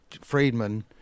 Friedman